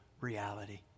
reality